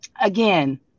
again